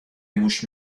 موش